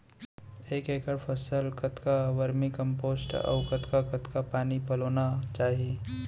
एक एकड़ फसल कतका वर्मीकम्पोस्ट अऊ कतका कतका पानी पलोना चाही?